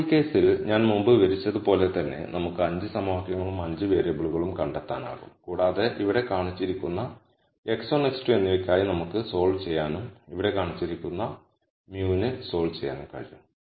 ഇപ്പോൾ ഈ കേസിൽ ഞാൻ മുമ്പ് വിവരിച്ചതുപോലെ തന്നെ നമുക്ക് 5 സമവാക്യങ്ങളും 5 വേരിയബിളുകളും കണ്ടെത്താനാകും കൂടാതെ ഇവിടെ കാണിച്ചിരിക്കുന്ന x1 x2 എന്നിവയ്ക്കായി നമുക്ക് സോൾവ് ചെയ്യാനും ഇവിടെ കാണിച്ചിരിക്കുന്ന μ ന് സോൾവ് ചെയ്യാനും കഴിയും